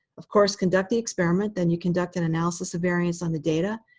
of course, conduct the experiment. then you conduct an analysis of variance on the data,